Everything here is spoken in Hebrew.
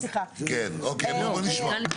כן, אוקיי, בואו נשמע.